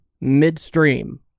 midstream